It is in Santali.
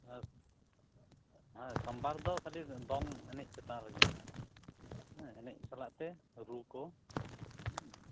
ᱟᱨ ᱦᱮᱸ ᱥᱳᱢ ᱵᱟᱨ ᱫᱚ ᱠᱷᱟᱹᱞᱤ ᱫᱚᱝ ᱮᱱᱮᱡ ᱪᱮᱛᱟᱱ ᱨᱮᱜᱮ ᱦᱮᱸ ᱮᱱᱮᱡ ᱥᱟᱞᱟᱜ ᱛᱮ ᱨᱩ ᱠᱚ